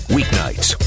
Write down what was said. Weeknights